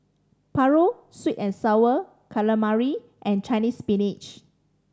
paru sweet and Sour Calamari and Chinese Spinach